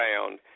found